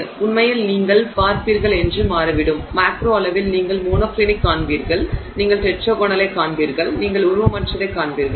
எனவே உண்மையில் நீங்கள் பார்ப்பீர்கள் என்று மாறிவிடும் மேக்ரோ அளவில் நீங்கள் மோனோக்ளினிக் காண்பீர்கள் நீங்கள் டெட்ராகோனலைக் காண்பீர்கள் நீங்கள் உருவமற்றதைக் காண்பீர்கள்